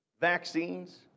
vaccines